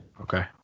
Okay